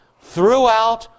throughout